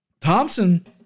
Thompson